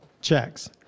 checks